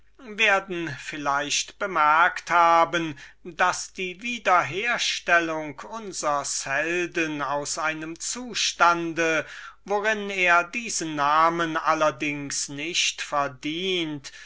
würdigen bemerkt haben daß die wiederherstellung unsers helden aus einem zustande in welchem er diesen namen allerdings nicht verdient